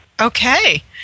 Okay